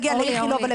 באיכילוב.